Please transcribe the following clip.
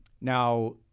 Now